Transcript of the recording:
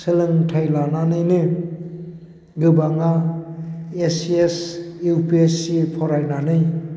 सोलोंथाय लानानैनो गोबाङा A C S U P S C फरायनानै